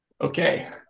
Okay